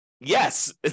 yes